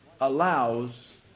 allows